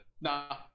Nah